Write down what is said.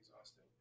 exhausting